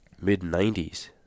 mid-90s